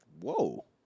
Whoa